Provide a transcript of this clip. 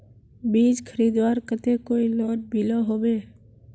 बीज खरीदवार केते कोई लोन मिलोहो होबे?